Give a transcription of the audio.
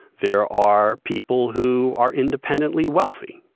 there are people who are independently wealthy.